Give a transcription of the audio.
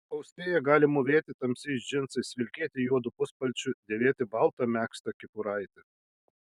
austėja gali mūvėti tamsiais džinsais vilkėti juodu puspalčiu dėvėti baltą megztą kepuraitę